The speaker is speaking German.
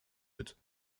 mit